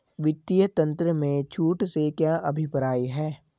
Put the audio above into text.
वित्तीय तंत्र में छूट से क्या अभिप्राय है?